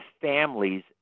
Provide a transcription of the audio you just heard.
families